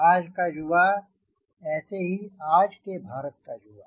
आज का युवा ऐसे ही है आज के भारत का युवा